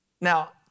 Now